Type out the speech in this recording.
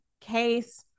case